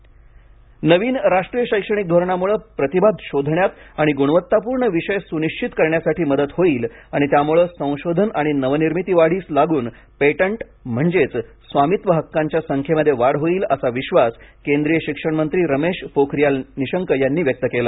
कला उत्सव नवीन राष्ट्रीय शैक्षणिक धोरणामुळे प्रतिभा शोधण्यात आणि गुणवत्तापूर्ण विषय सुनिश्वित करण्यासठी मदत होईल आणि त्यामुळे संशोधन आणि नवनिर्मिती वाढीस लागून पेटंट म्हणजेच स्वामित्व हक्कांच्या संख्येमध्ये वाढ होईल असा विश्वास केंद्रीय शिक्षण मंत्री रमेश पोखरीयाल यांनी व्यक्त केला